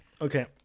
Okay